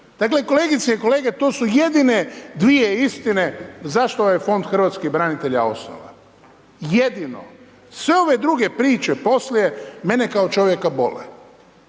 Dakle, kolegice i kolege to su jedine dvije istine zašto je ovaj Fond hrvatskih branitelja osnovan. Jedino. Sve ove druge priče poslije mene kao čovjeka bole.